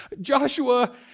Joshua